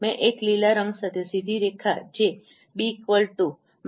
મેં એક લીલા રંગ સાથે સીધી રેખા જે b x2my2 દ્વારા આપવામાં આવે છે